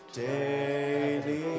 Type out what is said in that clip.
daily